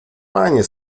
panie